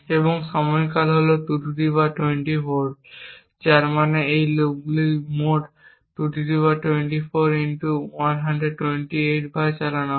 এবং সময়কাল হল 224 যার মানে এই লুপগুলি মোট 224 128 বার চালানো হয়